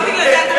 לא בגלל זה אתם,